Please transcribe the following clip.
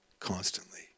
Constantly